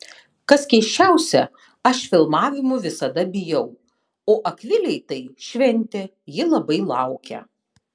kas keisčiausia aš filmavimų visada bijau o akvilei tai šventė ji labai laukia